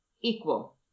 Equal